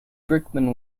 brickman